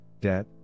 debt